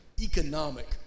economic